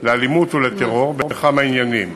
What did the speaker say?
לאלימות ולטרור בכמה עניינים.